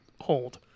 hold